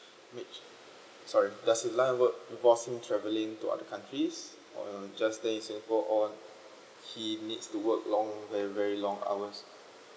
mi~ sorry does his line of work imposing travelling to other countries or just days and go on he needs to work long very very long hours